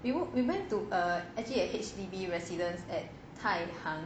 we went we went to err actually a H_D_B residence at 太沆